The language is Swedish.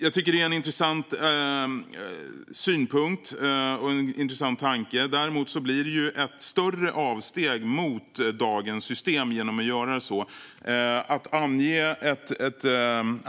Jag tycker att det är en intressant synpunkt och en intressant tanke. Däremot blir det ett större avsteg mot dagens system att göra så.